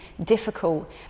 difficult